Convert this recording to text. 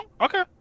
Okay